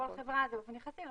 לכל חברה זה באופן יחסי.